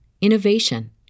innovation